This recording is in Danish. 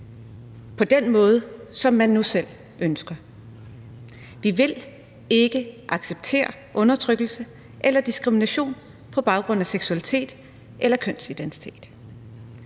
på den måde, som de nu selv ønsker. Vi vil ikke acceptere undertrykkelse eller diskrimination på baggrund af seksualitet eller kønsidentitet.